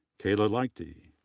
kayla liechty,